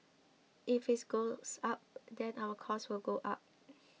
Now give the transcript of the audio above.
if it goes up then our cost will go up